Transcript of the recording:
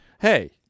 Hey